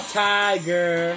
tiger